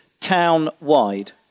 town-wide